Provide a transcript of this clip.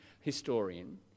historian